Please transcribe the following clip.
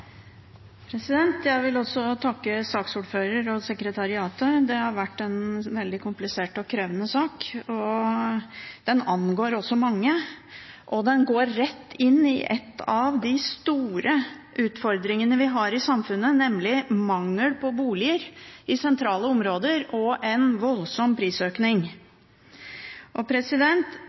det. Jeg vil også takke saksordføreren og sekretariatet. Det har vært en veldig komplisert og krevende sak. Den angår også mange, og den går rett inn i en av de store utfordringene vi har i samfunnet, nemlig mangel på boliger i sentrale områder og en voldsom prisøkning.